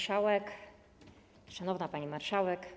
Szanowna Pani Marszałek!